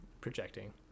projecting